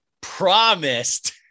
promised